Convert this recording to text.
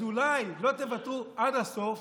אז אולי לא תוותרו עד הסוף